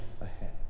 ahead